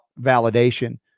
validation